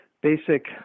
basic